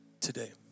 today